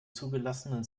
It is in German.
zugelassenen